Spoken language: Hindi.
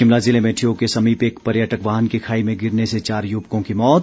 शिमला ज़िले में ठियोग के समीप एक पर्यटक वाहन खाई में गिरने से चार युवकों की मौत